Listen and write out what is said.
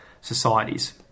societies